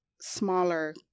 smaller